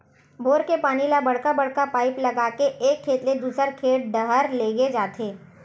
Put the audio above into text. bore के पानी ल बड़का बड़का पाइप लगा के एक खेत ले दूसर खेत डहर लेगे जाथे